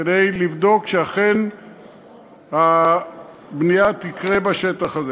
כדי לבדוק שאכן הבנייה תקרה בשטח הזה.